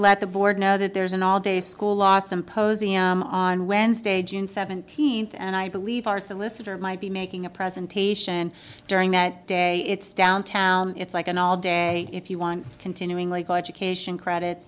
the board know that there's an all day school last symposium on wednesday june seventeenth and i believe our solicitor might be making a presentation during that day it's downtown it's like an all day if you want continuing legal education credit